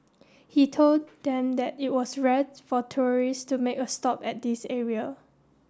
he told them that it was rare for tourists to make a stop at this area